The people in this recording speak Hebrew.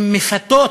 הן מפתות